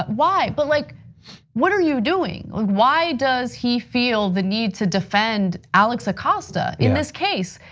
why? but like what are you doing? like why does he feel the need to defend alex acosta in this case?